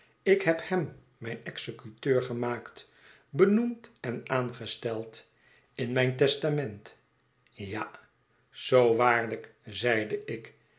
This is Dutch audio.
ik heb hem mijn executeur gemaakt benoemd en aangesteld in mijn testament ja zoo waarlijk zeide ik